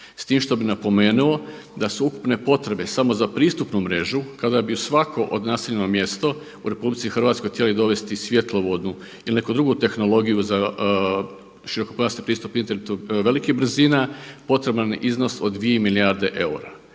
S tim što bi napomenuo da su ukupne potrebe samo za pristupnu mrežu kada bi svako … mjesto u RH htjeli dovesti svjetlovodnu ili neku drugu tehnologiju za širokopojasni pristup internetu velikih brzina potreban je iznos od 2 milijarde eura.